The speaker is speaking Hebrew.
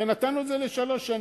הרי נתנו את זה לשלוש שנים.